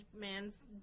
man's